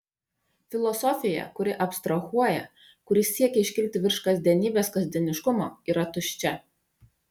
filosofija kuri abstrahuoja kuri siekia iškilti virš kasdienybės kasdieniškumo yra tuščia